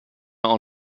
auch